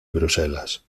bruselas